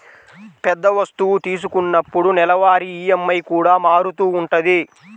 పెద్ద వస్తువు తీసుకున్నప్పుడు నెలవారీ ఈఎంఐ కూడా మారుతూ ఉంటది